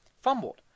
fumbled